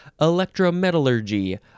electrometallurgy